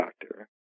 doctor